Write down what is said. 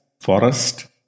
forest